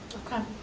okay.